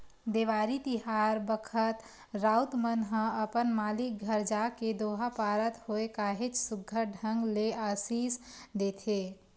देवारी तिहार बखत राउत मन ह अपन मालिक घर जाके दोहा पारत होय काहेच सुग्घर ढंग ले असीस देथे